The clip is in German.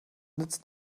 nützt